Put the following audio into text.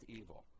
evil